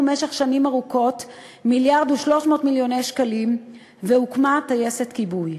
במשך שנים ארוכות 1.3 מיליארד שקלים והוקמה טייסת כיבוי.